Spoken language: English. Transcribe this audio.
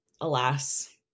alas